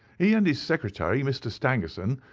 he and his secretary, mr. stangerson,